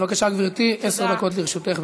בבקשה גברתי, עשר דקות לרשותך.